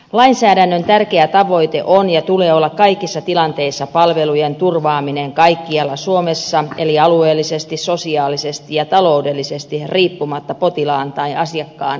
lainsäädännön tärkeä tavoite on ja tulee olla kaikissa tilanteissa palvelujen turvaaminen kaikkialla suomessa eli alueellisesti sosiaalisesti ja taloudellisesti riippumatta potilaan tai asiakkaan asemasta